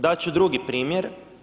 Dat ću drugi primjer.